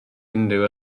unrhyw